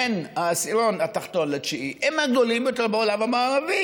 בין העשירון התחתון לתשיעי הם הגדולים ביותר בעולם המערבי.